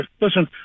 listen